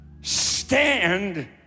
stand